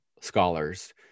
scholars